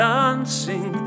dancing